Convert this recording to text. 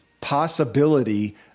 possibility